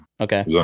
Okay